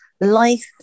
life